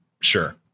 sure